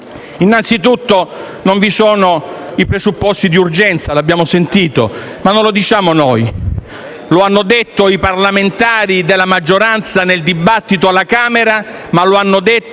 Innanzi tutto, non vi sono i presupposti di urgenza; lo abbiamo sentito, ma non lo diciamo noi. Lo hanno detto i parlamentari della maggioranza nel dibattito alla Camera e lo hanno detto